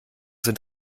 sind